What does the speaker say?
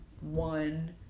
one